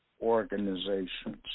organizations